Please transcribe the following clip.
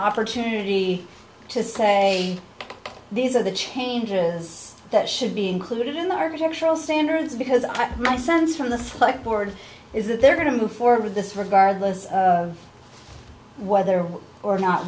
opportunity to say these are the changes that should be included in the architectural standards because my sense from the select board is that they're going to move forward this regardless of whether or not